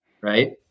right